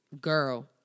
Girl